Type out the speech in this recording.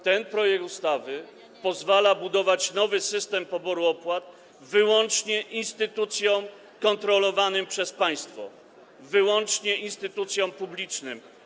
Ten projekt ustawy pozwala budować nowy system poboru opłat wyłącznie instytucjom kontrolowanym przez państwo, wyłącznie instytucjom publicznym.